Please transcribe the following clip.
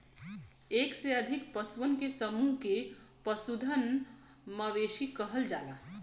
एक से अधिक पशुअन के समूह के पशुधन, मवेशी कहल जाला